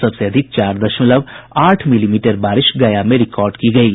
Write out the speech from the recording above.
सबसे अधिक चार दशमलव आठ मिलीमीटर बारिश गया में रिकार्ड की गयी